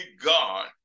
God